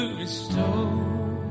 restore